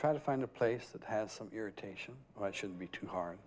try to find a place that has some irritation i shouldn't be too hard